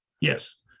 Yes